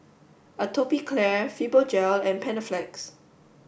Atopiclair Fibogel and Panaflex